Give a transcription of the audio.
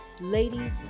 ladies